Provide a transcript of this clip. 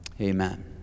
Amen